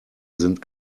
sind